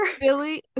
Billy